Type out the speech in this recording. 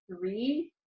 three